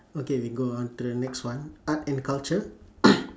okay we go on to the next one art and culture